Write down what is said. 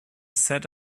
set